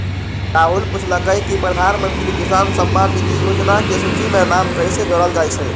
राहुल पूछलकई कि प्रधानमंत्री किसान सम्मान निधि योजना के सूची में नाम कईसे जोरल जाई छई